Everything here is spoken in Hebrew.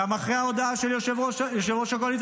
גם אחרי ההודעה של יושב-ראש הקואליציה